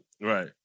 Right